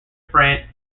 france